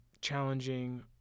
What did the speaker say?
challenging